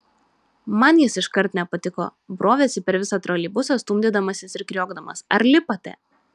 man jis iškart nepatiko brovėsi per visą troleibusą stumdydamasis ir kriokdamas ar lipate